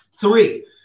Three